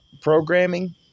programming